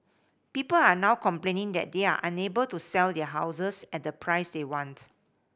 people are now complaining that they are unable to sell their houses at the price they want